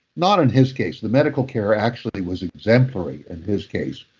not in his case, the medical care actually was exemplary in his case.